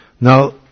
Now